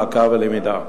מעקב ולמידה.